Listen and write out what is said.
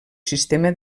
sistema